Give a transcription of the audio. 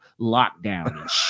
lockdown